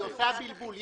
היא עושה בלבול.